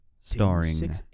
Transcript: starring